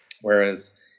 Whereas